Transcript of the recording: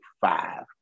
five